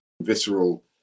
visceral